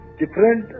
different